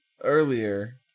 earlier